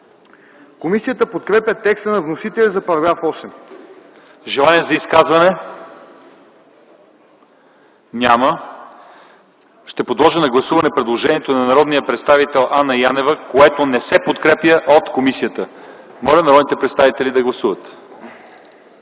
Комисията подкрепя текста на вносителя за § 8. ПРЕДСЕДАТЕЛ ЛЪЧЕЗАР ИВАНОВ: Желания за изказване? Няма. Ще подложа на гласуване предложението на народния представител Анна Янева, което не се подкрепя от комисията. Моля народните представители да гласуват.